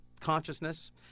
consciousness